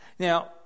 Now